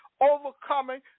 overcoming